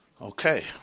Okay